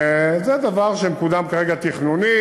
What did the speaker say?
זה דבר שמקודם כרגע תכנונית.